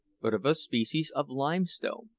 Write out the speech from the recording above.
but of a species of limestone,